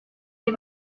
les